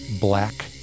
black